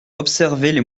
observaient